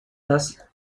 das